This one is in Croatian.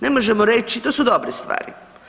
Ne možemo reći, to su dobre stvari.